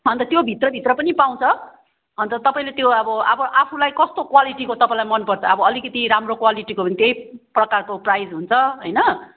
अन्त त्यो भित्र भित्र पनि पाउँछ अन्त तपाईँले त्यो अब अब आफूलाई कस्तो क्वालिटीको तपाईँलाई मनपर्छ अब अलिकति राम्रो क्वालिटीको भने त्यही प्रकारको प्राइस हुन्छ होइन